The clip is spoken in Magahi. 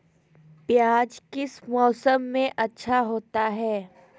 प्याज किस मौसम में अच्छा होता है?